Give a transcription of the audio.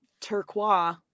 turquoise